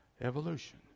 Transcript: evolution